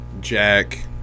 Jack